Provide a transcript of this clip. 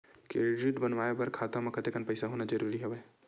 Credit बनवाय बर खाता म कतेकन पईसा होना जरूरी हवय?